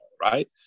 right